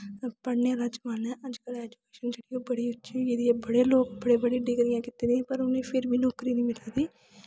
पढ़ने दा जमान्ना ऐ अजकल्ल ऐजुकेशन जेह्की बड़ी उच्ची होई गेदी ऐ बड़े लोग बड़ी बड़ी डिग्रियां कीती जि'यां पर उ'नें गी फिर बी नौकरी निं मिला दी